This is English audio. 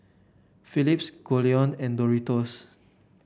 Philips Goldlion and Doritos